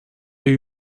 eue